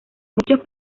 muchos